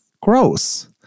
Gross